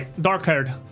dark-haired